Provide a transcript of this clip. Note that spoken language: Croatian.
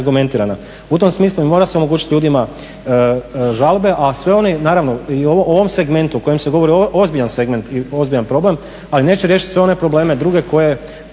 U tom smislu mora se omogućiti ljudima žalbu, a sve ono, naravno i u ovom segmentu o kojem se govori, ovo je ozbiljan segment i ozbiljan problem ali neće riješiti sve one probleme druge koji